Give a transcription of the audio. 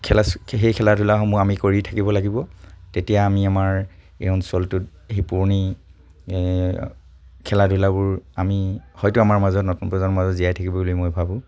খেলা সেই খেলা ধূলাসমূহ আমি কৰি থাকিব লাগিব তেতিয়া আমি আমাৰ এই অঞ্চলটোত সেই পুৰণি খেলা ধূলাবোৰ আমি হয়তো আমাৰ মাজত নতুন প্ৰজন্মৰ মাজত জীয়াই থাকিব বুলি মই ভাবোঁ